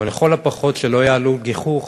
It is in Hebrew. אבל לכל הפחות שלא יעלו גיחוך